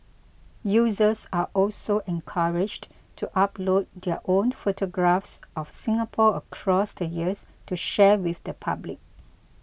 users are also encouraged to upload their own photographs of Singapore across the years to share with the public